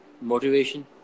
motivation